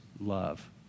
love